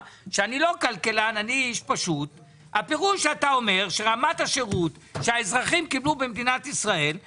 רמת הריסון הגבוהה ביותר זו רמת השירות הנמוכה ביותר.